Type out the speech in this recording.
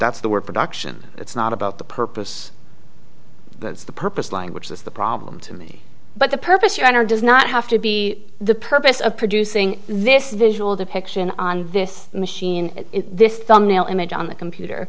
that's the word productions it's not about the purpose that's the purpose language that's the problem to me but the purpose your honor does not have to be the purpose of producing this visual depiction on this machine in this thumbnail image on the computer